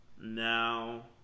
now